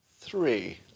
Three